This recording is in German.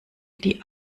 die